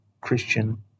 Christian